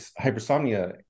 hypersomnia